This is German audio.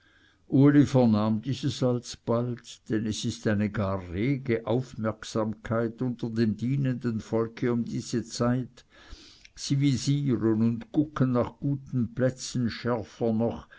dieses alsbald denn es ist eine gar rege aufmerksamkeit unter dem dienenden volke um diese zeit sie visieren und gucken nach guten plätzen schärfer noch